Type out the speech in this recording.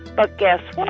but guess